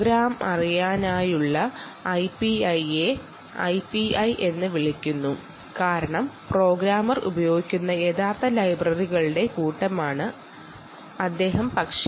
പ്രോഗ്രാമറിനായുള്ള എപിഐയെ എപിഐ എന്ന് പറയാൻ കാരണം എന്തു കൊണ്ടെന്നാൻ പ്രോഗ്രാമർ ഉപയോഗിക്കുന്ന ലൈബ്രറികളാണിത്